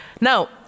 Now